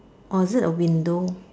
or is it a window